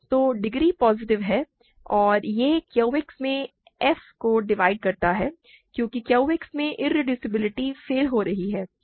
तो degree positive है और यह QX में f को डिवाइड करता है क्योंकि QX में इरेड्यूसिबिलिटी फेल हो रही है